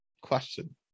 Question